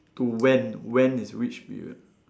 to when when is which period